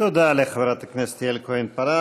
תודה לחברת הכנסת יעל כהן-פארן.